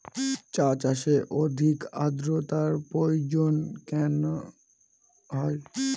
চা চাষে অধিক আদ্রর্তার প্রয়োজন কেন হয়?